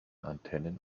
antennen